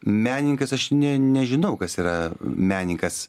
menininkas aš nė nežinau kas yra menininkas